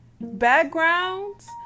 backgrounds